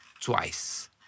twice